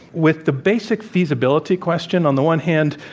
with the basic feasibility question on the one hand.